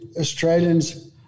Australians